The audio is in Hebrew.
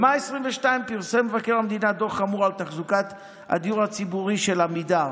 במאי 2022 פרסם מבקר המדינה דוח חמור על תחזוקת הדיור הציבורי של עמידר.